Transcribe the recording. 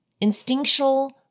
instinctual